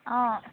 অঁ